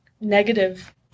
Negative